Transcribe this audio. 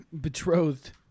betrothed